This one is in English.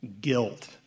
guilt